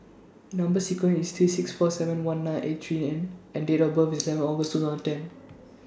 Number sequence IS T six four seven one nine eight three N and Date of birth IS eleven August twenty ten